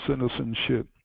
citizenship